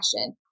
passion